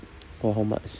for how much